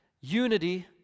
Unity